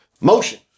motion